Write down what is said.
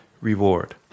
reward